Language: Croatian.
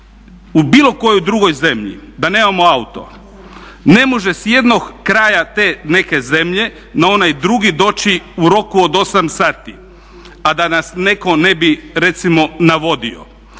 u bilo kojoj drugoj zemlji, da nemamo auto, ne može s jednog kraja te neke zemlje na onaj drugi doći u roku od 8 sati, a da nas netko ne bi recimo navodio.